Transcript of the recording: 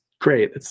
great